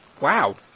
Wow